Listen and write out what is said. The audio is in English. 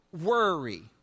worry